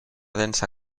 densa